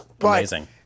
Amazing